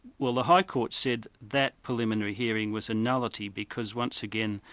well, the high court said that preliminary hearing was a nullity, because once again,